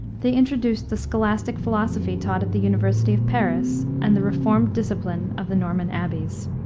they introduced the scholastic philosophy taught at the university of paris, and the reformed discipline of the norman abbeys.